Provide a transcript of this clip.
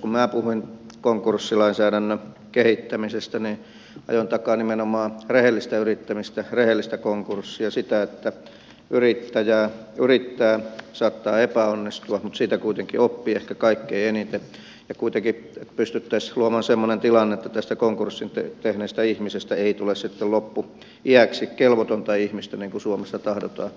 kun minä puhuin konkurssilainsäädännön kehittämisestä niin ajoin takaa nimenomaan rehellistä yrittämistä rehellistä konkurssia sitä että yrittäjä yrittää saattaa epäonnistua siitä kuitenkin oppii ehkä kaikkein eniten ja kuitenkin pystyttäisiin luomaan semmoinen tilanne että tästä konkurssin tehneestä ihmisestä ei tule sitten loppuiäksi kelvotonta ihmistä niin kuin suomessa tahdotaan